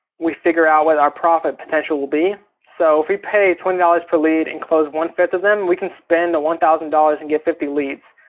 we figure out what our profit potential will be. so if we pay twenty dollars per lead and close one five of them, we can spend the one thousand dollars and get fifty leads.